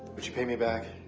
would you pay me back?